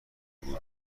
بود